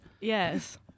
Yes